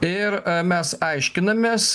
ir mes aiškinamės